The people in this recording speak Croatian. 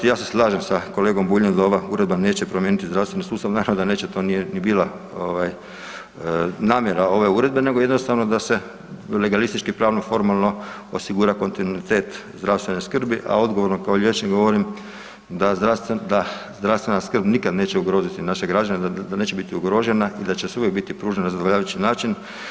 Ja se slažem s kolegom Buljem, da ova uredba neće promijeniti zdravstveni sustav, naravno da neće, to nije ni bila namjera ove uredbe nego jednostavno da se legalistički, pravno i formalno osigura kontinuitet zdravstvene skrbi, a odgovorno kao liječnik govorim da zdravstvena skrb nikad neće ugroziti naše građane, da neće biti ugrožena i da će uvijek biti pružena na zadovoljavajući način.